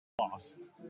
lost